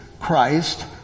christ